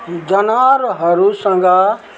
जानवरहरूसँग